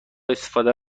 استفاده